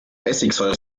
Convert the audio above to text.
essigsäure